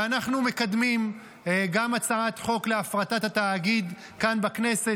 ואנחנו מקדמים גם הצעת חוק להפרטת התאגיד כאן בכנסת.